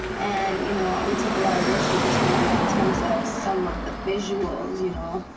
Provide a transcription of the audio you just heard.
and, you know, we took a lot of risks with this video in terms of some of the visuals, you know.